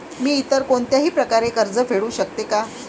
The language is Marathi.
मी इतर कोणत्याही प्रकारे कर्ज फेडू शकते का?